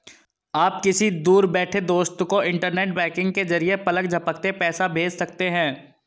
आप किसी दूर बैठे दोस्त को इन्टरनेट बैंकिंग के जरिये पलक झपकते पैसा भेज सकते हैं